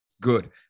good